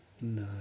No